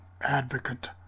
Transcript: advocate